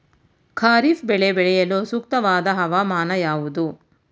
ಖಾರಿಫ್ ಬೆಳೆ ಬೆಳೆಯಲು ಸೂಕ್ತವಾದ ಹವಾಮಾನ ಯಾವುದು?